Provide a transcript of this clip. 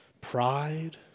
pride